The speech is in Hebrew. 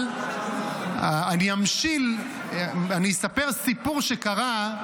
אני אספר סיפור שקרה,